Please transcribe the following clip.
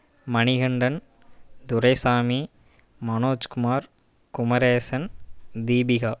Manikandan Duraisamy Manoj Kumar Kumaresan Deepika